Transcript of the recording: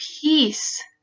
peace